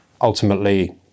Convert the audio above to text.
Ultimately